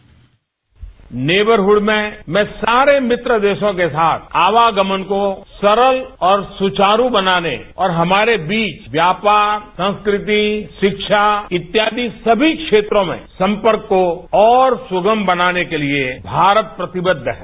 bite neighbourhood में मैं सारे मित्र देशों के साथ आवागमन को सरल और सुचारू बनाने और हमारे बीच व्यापार संस्कृति शिक्षा इत्यादि सभी क्षेत्रों में संपर्क को और सुगम बनाने के लिए भारत प्रतिबद्ध है